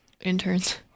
interns